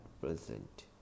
present